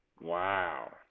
Wow